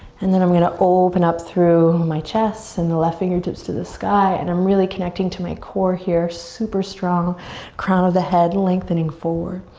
and then i'm gonna open up through my chest and the left fingertips to the sky and i'm really connecting to my core here, super strong, the crown of the head lengthening forward.